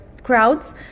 crowds